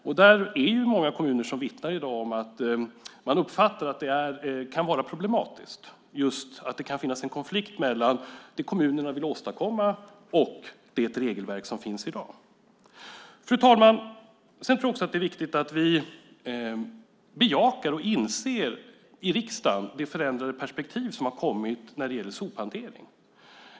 Det är i dag många kommuner som vittnar om att man uppfattar att det kan vara problematiskt, att det kan finnas en konflikt mellan det kommunerna vill åstadkomma och det regelverk som finns i dag. Fru talman! Det är också viktigt att vi i riksdagen bejakar och inser det förändrade perspektiv som har kommit när det gäller sophantering.